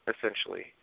essentially